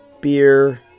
beer